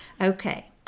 Okay